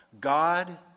God